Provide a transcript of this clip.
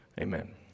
amen